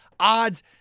Odds